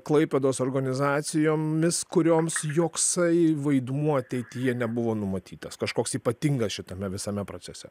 klaipėdos organizacijomis kurioms joks vaidmuo ateityje nebuvo numatytas kažkoks ypatingas šitame visame procese